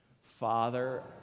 Father